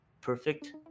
perfect